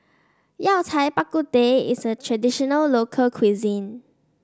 Yao Cai Bak Kut Teh is a traditional local cuisine